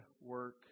work